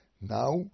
now